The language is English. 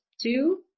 two